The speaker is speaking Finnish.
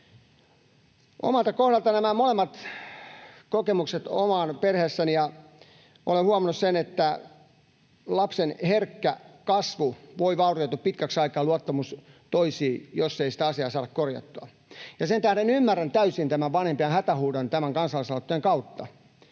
Omalla kohdallani nämä molemmat kokemukset ovat olleet perheessäni. Olen huomannut sen, että lapsen herkkä kasvu ja luottamus toisiin voi vaurioitua pitkäksi aikaa, jos ei sitä asiaa saada korjattua. Sen tähden ymmärrän täysin vanhempien hätähuudon tämän kansalaisaloitteen kautta.